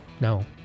No